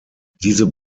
diese